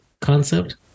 concept